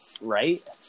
right